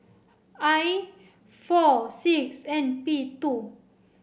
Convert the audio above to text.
I four six N P two